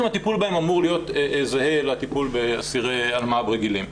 הטיפול בהם אמור להיות זהה לטיפול באסירי אלמ"ב רגילים.